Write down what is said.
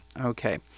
Okay